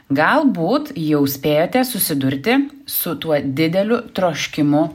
galbūt jau spėjote susidurti su tuo dideliu troškimu